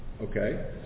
Okay